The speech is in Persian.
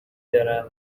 دارند